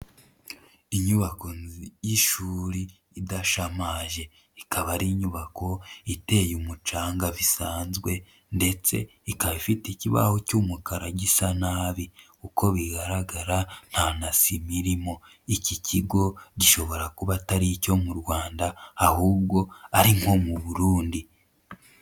Inyubako y'ishuri idashamaje, ikaba ari inyubako iteye umucanga bisanzwe ndetse ikaba ifite ikibaho cy'umukara gisa nabi, uko bigaragara nta na sima irimo, iki kigo gishobora kuba atari icyo mu Rwanda ahubwo ari nko mu Burundi.